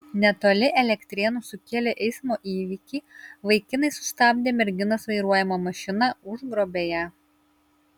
netoli elektrėnų sukėlę eismo įvykį vaikinai sustabdė merginos vairuojamą mašiną užgrobė ją